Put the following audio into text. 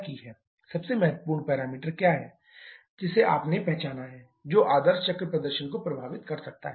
सबसे महत्वपूर्ण पैरामीटर क्या है जिसे आपने पहचाना है जो आदर्श चक्र प्रदर्शन को प्रभावित कर सकता है